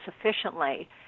sufficiently